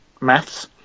maths